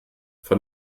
von